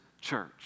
church